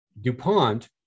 DuPont